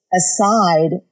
aside